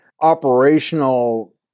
operational